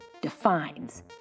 defines